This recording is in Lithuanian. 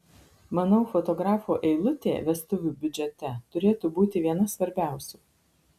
manau fotografo eilutė vestuvių biudžete turėtų būti viena svarbiausių